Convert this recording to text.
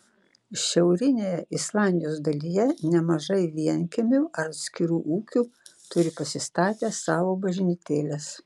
šiaurinėje islandijos dalyje nemažai vienkiemių ar atskirų ūkių turi pasistatę savo bažnytėles